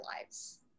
lives